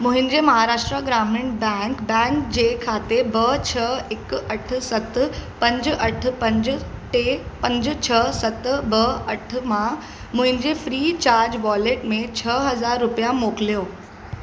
मुंहिंजे Maharashtra Gramin bank bank जे खाते ॿ छ्ह हिकु अठ सत पंज अठ पंज टे पंज छ्ह सत ॿ अठ मां मुंहिंजे फ्री चार्ज बॉलेट में छह हज़ार रुपिया मोकिलियो